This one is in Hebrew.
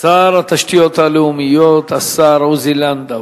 שר התשתיות הלאומיות, השר עוזי לנדאו.